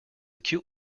cute